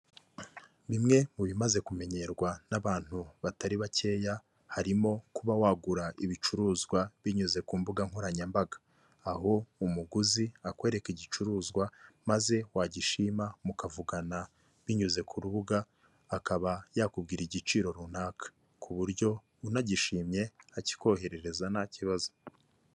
Bimwe mu bimaze kumenyerwa n'abantu batari bakeya, harimo kuba wagura ibicuruzwa binyuze ku mbuga nkoranyambaga, aho umuguzi akwereka igicuruzwa maze wagishima mukavugana binyuze ku rubuga, akaba yakubwira igiciro runaka ku buryo unagishimye akikoherereza nta kibazo.